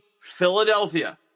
Philadelphia